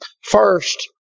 First